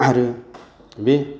आरो बे